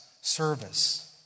service